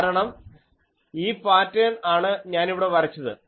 കാരണം ഈ പാറ്റേൺ ആണ് ഞാനിവിടെ വരച്ചത്